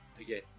Again